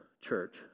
church